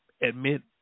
admit